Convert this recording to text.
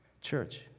Church